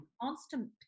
constant